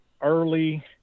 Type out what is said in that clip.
early